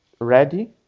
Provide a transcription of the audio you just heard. ready